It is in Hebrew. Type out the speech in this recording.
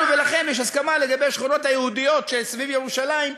לכם ולנו יש הסכמה לגבי השכונות היהודיות שסביב ירושלים,